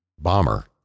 bomber